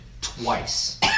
twice